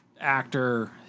actor